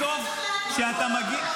בסוף --- שותף מלא במיטוט מדינת ישראל.